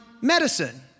medicine